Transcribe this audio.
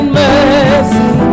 mercy